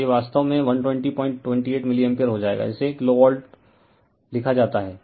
तो यह वास्तव में 12028 मिलीएम्पियर हो जाएगा इसे किलोवोल्ट लिखा जाता है